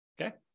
okay